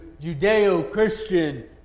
Judeo-Christian